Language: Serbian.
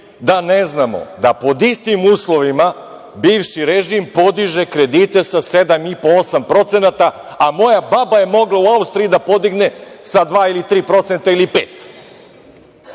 da ne znamo da pod istim uslovima bivši režim podiže kredite sa 7,5% - 8%, a moja baba je mogla u Austriji da podigne sa 2%, 3% ili 5%?